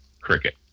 Cricket